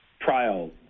trial